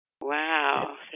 Wow